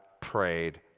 prayed